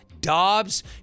Dobbs